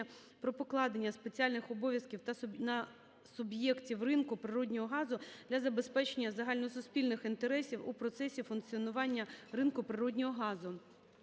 про покладення спеціальних обов'язків на суб'єктів ринку природного газу для забезпечення загальносуспільних інтересів у процесі функціонування ринку природного газу".